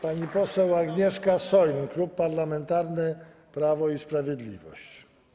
Pani poseł Agnieszka Soin, Klub Parlamentarny Prawo i Sprawiedliwość.